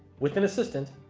with an assistant,